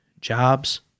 jobs